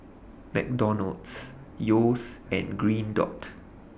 McDonald's Yeo's and Green Dot